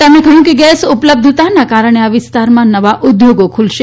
તેમણે કહ્યું કે ગેસ ઉપલબ્ધતાના કારણે આ વિસ્તારમાં નવા ઉદ્યોગ ખૂલશે